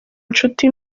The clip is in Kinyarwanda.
inshuti